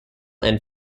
and